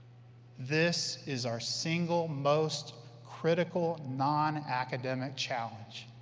this is our single most critical non-academic challenge.